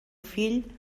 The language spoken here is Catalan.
fill